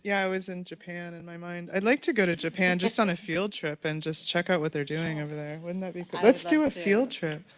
yeah i was in japan, in my mind. i'd like to go to japan just on a field trip and just check out what they're doing over there. wouldn't that be let's do a field trip.